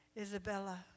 Isabella